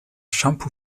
shampoo